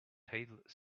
table